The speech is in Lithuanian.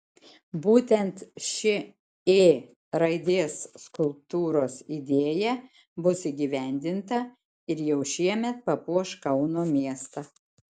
būtent ši ė raidės skulptūros idėja bus įgyvendinta ir jau šiemet papuoš kauno miestą